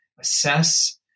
assess